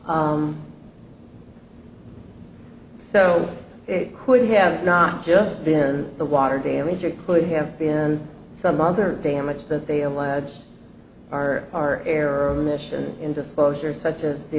it so it could have not just been the water damage it could have been some other damage that they alleged are our error mission in disposer such as the